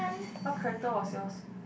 what character was yours